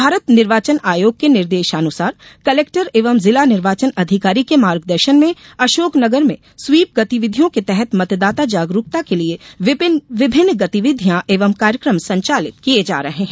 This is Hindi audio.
भारत निर्वाचन आयोग के निर्देशानुसार कलेक्टर एवं जिला निर्वाचन अधिकारी के मार्गदर्शन में अशोकनगर में स्वीप गतिविधियों के तहत मतदाता जागरूकता के लिए विभिन्न गतिविधियां एवं कार्यक्रम संचालित किए जा रहे हैं